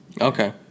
Okay